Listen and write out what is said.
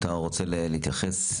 אתה רוצה להתייחס?